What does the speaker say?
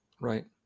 Right